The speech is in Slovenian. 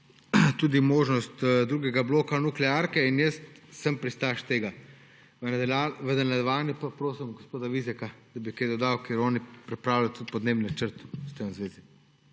tudi možnost drugega bloka nuklearke. In jaz sem pristaš tega. V nadaljevanju pa prosim gospoda Vizjaka, da bi kaj dodal, ker oni pripravljajo tudi podnebni načrt v zvezi